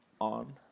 on